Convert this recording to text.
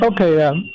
okay